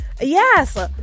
Yes